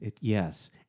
Yes